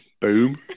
boom